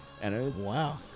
Wow